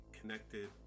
connected